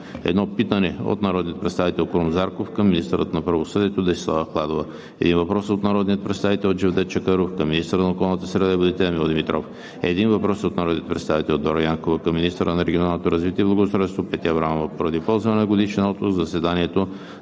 едно питане от народния представител Крум Зарков към министъра на правосъдието Десислава Ахладова; - един въпрос от народния представител Джевдет Чакъров към министъра на околната среда и водите Емил Димитров; - един въпрос от народния представител Дора Янкова към министъра на регионалното развитие и благоустройството Петя Аврамова. Поради ползване на годишен отпуск в заседанието